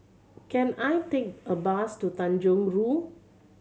can I take a bus to Tanjong Rhu